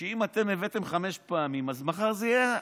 שאם אתם הבאתם חמש פעמים, אז מחר זה יהיה